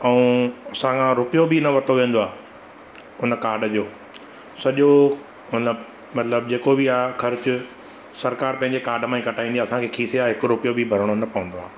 ऐं असां खां रुपयो बि न वरितो वेंदो आहे हुन काड जो सॼो मतिलबु मतिलबु जेको बि आहे ख़र्चु सरकारु पंहिंजे काड मां ई कटाईंदी आहे असांखे खीसे या हिकु रुपयो बि भरिणो न पवंदो आहे